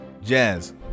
Jazz